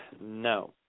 No